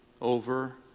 over